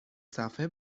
صفحه